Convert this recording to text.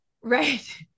Right